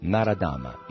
Naradama